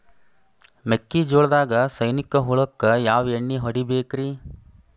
ಮೆಕ್ಕಿಜೋಳದಾಗ ಸೈನಿಕ ಹುಳಕ್ಕ ಯಾವ ಎಣ್ಣಿ ಹೊಡಿಬೇಕ್ರೇ?